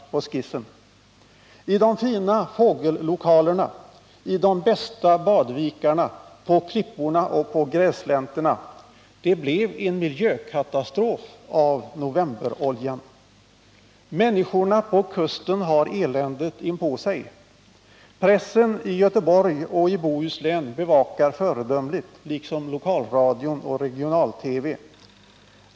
Detta har skett i de fina fågellokalerna, i de bästa badvikarna, på klipporna och på grässlänterna. Det blev en miljökatastrof av novemberoljan. Människorna på kusten har eländet inpå sig. Pressen i Göteborg och i Bohuslän bevakar föredömligt, liksom lokalradion och regional-TV.